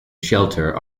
shelter